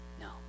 No